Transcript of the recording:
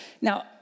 Now